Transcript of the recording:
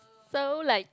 so like